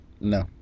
No